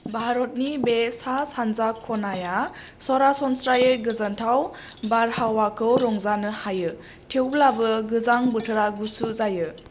भारतनि बे सा सान्जा खनाया सरासनस्रायै गोजोन्थाव बारहावाखौ रंजानो हायो थेवब्लाबो गोजां बोथोरा गुसु जायो